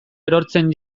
erortzen